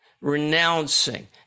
Renouncing